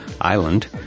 Island